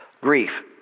Grief